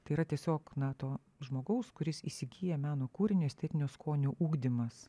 tai yra tiesiog na to žmogaus kuris įsigyja meno kūrinį estetinio skonio ugdymas